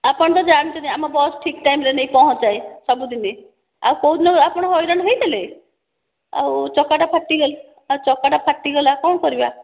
ଆପଣ ତ ଜାଣିଛନ୍ତି ଆମ ବସ୍ ଠିକ ଟାଇମରେ ନେଇ ପହଞ୍ଚାଏ ସବୁଦିନ ଆଉ କେଉଁଦିନ ଆପଣ ହଇରାଣ ହୋଇଥିଲେ ଆଉ ଚକା ଟା ଫାଟି ଯାଇଛି ଚକା ଟା ଫାଟିଗଲା କଣ କରିବା